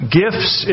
gifts